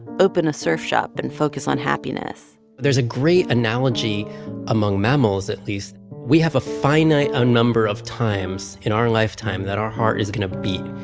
open a surf shop and focus on happiness there's a great analogy among mammals, at least we have a finite ah number of times in our lifetime that our heart is going to beat.